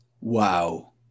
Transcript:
Wow